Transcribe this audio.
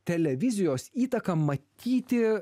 televizijos įtaka matyti